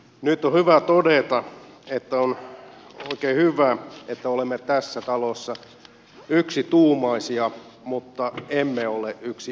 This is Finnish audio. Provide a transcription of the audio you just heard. nyt on hyvä todeta että on oikein hyvä että olemme tässä talossa yksituumaisia mutta emme yksiduumaisia